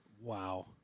Wow